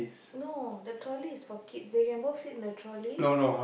no the trolley is for kids they can both sit in the trolley